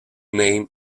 name